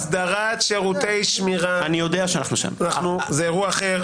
הסדרת שירותי שמירה זה אירוע אחר.